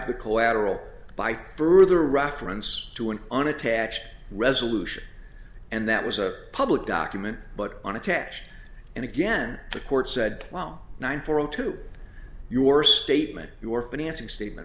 the collateral by further reference to an unattached resolution and that was a public document but unattached and again the court said well one four zero two your statement your financing statement